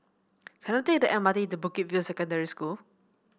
can I take the M R T to Bukit View Secondary School